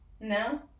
No